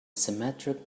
symmetric